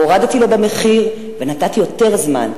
הורדתי לו במחיר ונתתי יותר זמן,